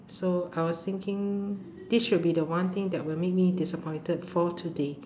so I was thinking this should be the one thing that will make me disappointed for today